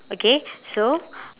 okay so